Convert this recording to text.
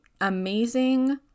amazing